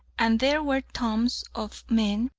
and there were tombs of men,